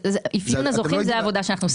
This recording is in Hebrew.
אפיון הזוכים, זו העבודה שאנחנו עושים.